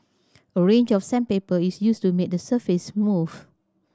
a range of sandpaper is used to make the surface smooth